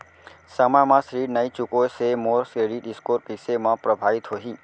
समय म ऋण नई चुकोय से मोर क्रेडिट स्कोर कइसे म प्रभावित होही?